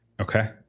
Okay